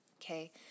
Okay